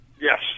Yes